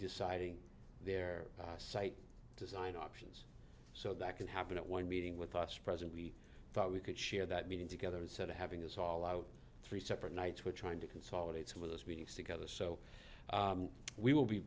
deciding their site design options so that can happen at one meeting with us present we thought we could share that meeting together instead of having us all out three separate nights we're trying to consolidate some of those meetings together so we will be